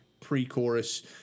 pre-chorus